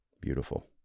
Beautiful